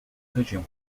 région